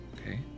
Okay